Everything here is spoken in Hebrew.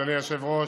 אדוני היושב-ראש,